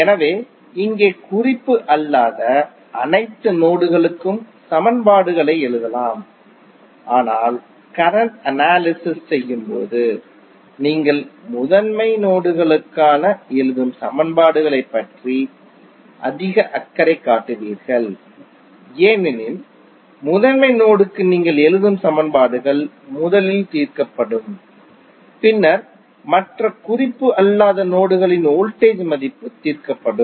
எனவே இங்கே குறிப்பு அல்லாத அனைத்து நோடுகளுக்கும் சமன்பாடுகளை எழுதலாம் ஆனால் கரண்ட் அனாலிஸிஸ் செய்யும் போது நீங்கள் முதன்மை நோடுகளுக்காக எழுதும் சமன்பாடுகளைப் பற்றி அதிக அக்கறை காட்டுவீர்கள் ஏனெனில் முதன்மை நோடு க்கு நீங்கள் எழுதும் சமன்பாடுகள் முதலில் தீர்க்கப்படும் பின்னர் மற்ற குறிப்பு அல்லாத நோடுகளின் வோல்டேஜ் மதிப்பு தீர்க்கப்படும்